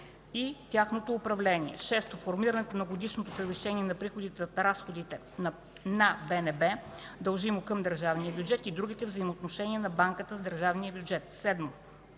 и тяхното управление; 6. формирането на годишното превишение на приходите над разходите на БНБ, дължимо към държавния бюджет, и другите взаимоотношения на банката с държавния бюджет; 7.